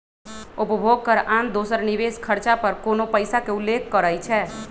उपभोग कर आन दोसर निवेश खरचा पर कोनो पइसा के उल्लेख करइ छै